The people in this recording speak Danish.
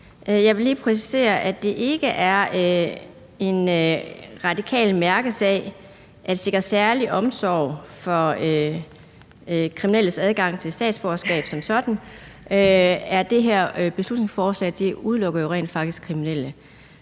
Jeg vil lige præcisere, at det ikke er en radikal mærkesag at sikre særlig omsorg for kriminelles adgang til statsborgerskab som sådan. Det her beslutningsforslag udelukker jo rent faktisk kriminelle.